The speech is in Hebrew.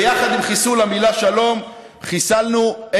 ויחד עם חיסול המילה "שלום" חיסלנו,